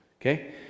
okay